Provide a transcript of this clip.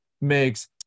makes